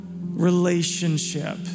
relationship